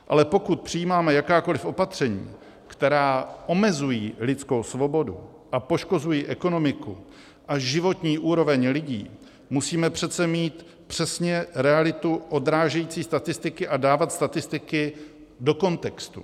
Ale pokud přijímáme jakákoliv opatření, která omezují lidskou svobodu a poškozují ekonomiku a životní úroveň lidí, musíme přece mít přesně realitu odrážející statistiky a dávat statistiky do kontextu.